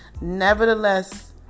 nevertheless